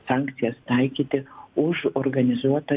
sankcijas taikyti už organizuotą